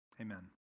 Amen